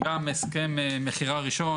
וגם הסכם מכירה ראשון,